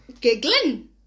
giggling